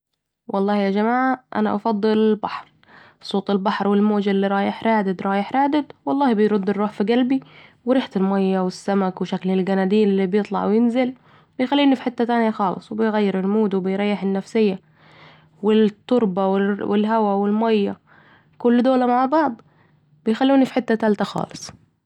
والله يا جماعه انا افضل البحر صوت البحر والموج اللي رايح رادد رايح رادد والله بيرد الروح في قلبي وريحه الميه والسمك وشكل القنديل اللي بيطلع وينزل بيخليني في حته ثانيه خالص وبيغير المود وبيريح النفسية ، و التربه و الهواء و الميه كل دول مع بعض بيخلوني في حته تالته خالص